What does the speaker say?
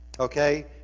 Okay